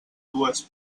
dues